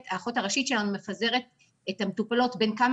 הראשית שלנו מפזרת את המטופלות בין כמה